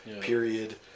period